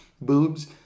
boobs